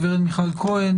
הגב' מיכל כהן,